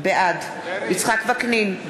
בעד יצחק וקנין,